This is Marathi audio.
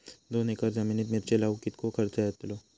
दोन एकर जमिनीत मिरचे लाऊक कितको खर्च यातलो?